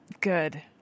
Good